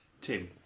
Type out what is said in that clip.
Tim